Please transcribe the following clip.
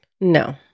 No